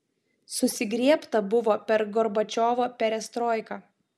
susigriebta buvo per gorbačiovo perestroiką